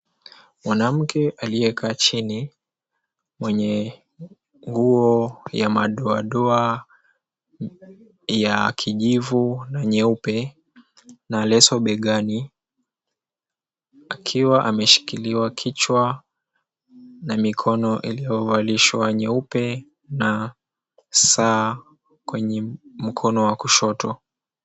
Mwanamke aliyekaa chini, mwenye nguo ya madoadoa ya kijivu na nyeupe na leso mbegani, akiwa ameshikiliwa kichwa na mikono iliyovalishwa nyeupe na saa mkono wa kushoto.